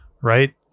Right